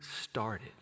started